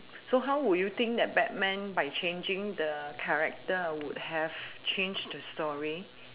so how would you think that batman by changing the character would have changed the story